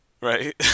right